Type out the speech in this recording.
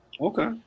okay